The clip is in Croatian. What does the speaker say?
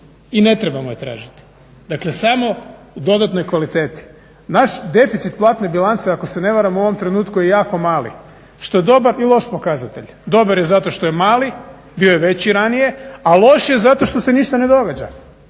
i ne trebamo je tražiti. Dakle, samo u dodatnoj kvaliteti. Naš deficit platne bilance ako se ne varam u ovom trenutku je jako mali što je dobar i loš pokazatelj. Dobar je zato što je mali, bio je veći ranije a loš je zato što se ništa ne događa.